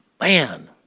Man